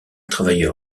travailleur